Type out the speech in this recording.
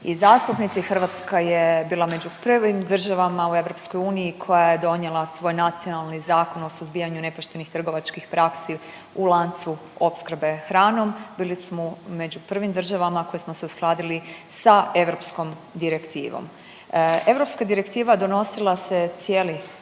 i zastupnici. Hrvatska je bila među prvim državama u EU koja je donijela svoj nacionalni Zakon o suzbijanju nepoštenih trgovačkih praksi u lancu opskrbe hranom. Bili smo među prvim državama koje smo se uskladili sa EU direktivom. EU direktiva donosila se cijeli